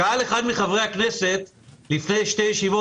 שאל אחד מחברי הכנסת לפני שתי ישיבות,